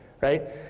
right